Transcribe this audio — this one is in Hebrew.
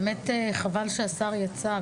חבל שהשר יצא.